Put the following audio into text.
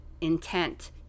intent